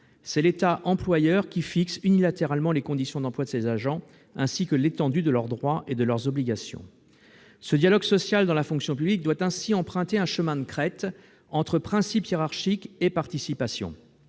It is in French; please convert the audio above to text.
C'est l'État employeur qui fixe unilatéralement les conditions d'emploi de ses agents, ainsi que l'étendue de leurs droits et de leurs obligations. Ce dialogue social dans la fonction publique doit ainsi emprunter un chemin de crête entre principe hiérarchique et participation.